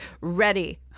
ready